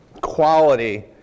quality